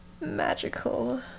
magical